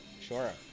Sure